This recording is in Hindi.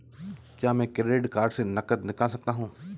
क्या मैं क्रेडिट कार्ड से नकद निकाल सकता हूँ?